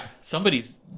somebody's